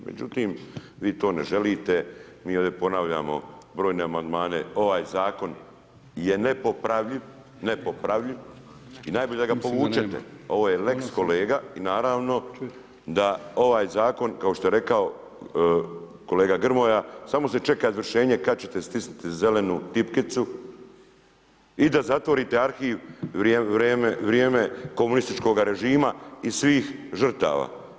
Međutim vi to ne želite, mi ovdje ponavljamo brojne amandmane, ovaj zakon je nepopravljiv, nepopravljiv i najbolje da ga povučete, ovo je lex Kolega i naravno da ovaj zakon, kao što je rekao kolega Grmoja samo se čeka izvršenje kad ćete stisniti zelenu tipkicu i da zatvorite arhiv vrijeme komunističkoga režima i svih žrtava.